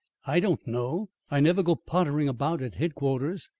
i don't know. i never go pottering about at headquarters.